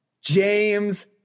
James